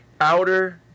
outer